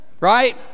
right